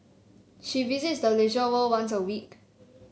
she visits the Leisure World once a week